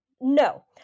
No